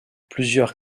plusieurs